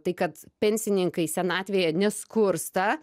tai kad pensininkai senatvėje neskursta